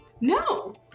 No